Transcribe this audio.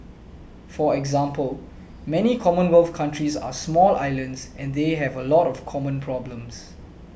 for example many commonwealth countries are small islands and they have a lot of common problems